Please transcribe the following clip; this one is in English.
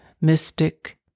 mystic